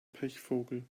pechvogel